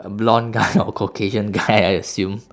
blonde guy or caucasian guy I assume